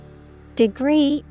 Degree